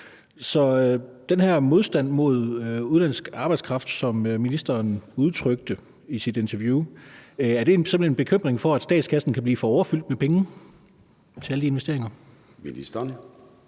er den her modstand mod udenlandsk arbejdskraft, som ministeren udtrykte i interviewet, simpelt hen en bekymring for, at statskassen kan blive for overfyldt med penge til alle de investeringer?